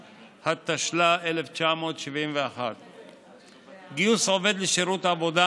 התשל"א 1971. גיוס עובד לשירות עבודה